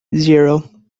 zero